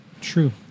True